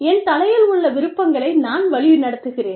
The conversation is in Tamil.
என் தலையில் உள்ள விருப்பங்களை நான் வழிநடத்துகிறேன்